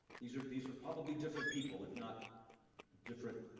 these were these were probably different people, if not different